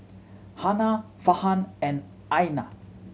Hana Farhan and Aina